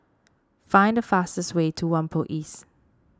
find the fastest way to Whampoa East